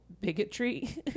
bigotry